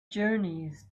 journeys